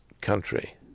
country